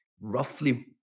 roughly